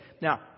Now